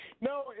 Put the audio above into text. No